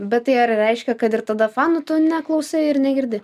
bet tai ar reiškia kad ir tada fanų tu neklausai ir negirdi